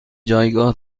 جایگاه